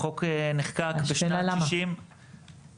החוק נחקק בשנת 1960. השאלה למה.